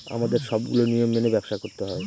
আমাদের সবগুলো নিয়ম মেনে ব্যবসা করতে হয়